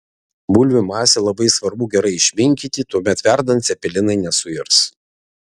bulvių masę labai svarbu gerai išminkyti tuomet verdant cepelinai nesuirs